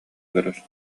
көрөр